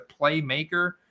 playmaker